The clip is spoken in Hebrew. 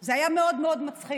זה היה מאוד מאוד מצחיק,